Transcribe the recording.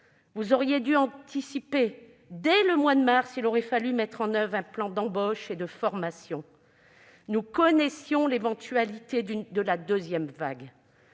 Vous auriez dû anticiper : dès le mois de mars dernier, il aurait fallu mettre en oeuvre un plan d'embauche et de formation. Nous connaissions alors l'éventualité d'une deuxième vague.